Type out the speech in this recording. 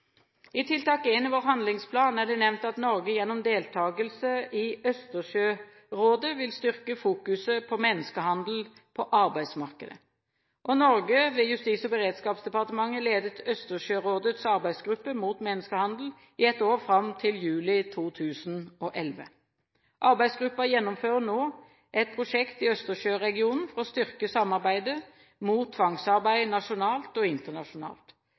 I tiltak 1 i vår handlingsplan er det nevnt at Norge gjennom deltakelse i Østersjørådet vil styrke fokuset på menneskehandel på arbeidsmarkedet. Norge ved Justis- og beredskapsdepartementet ledet Østersjørådets arbeidsgruppe mot menneskehandel i ett år, fram til juli 2011. Arbeidsgruppen gjennomfører nå et prosjekt i Østersjøregionen for å styrke samarbeidet mot tvangsarbeid nasjonalt og internasjonalt.